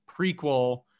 prequel